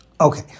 Okay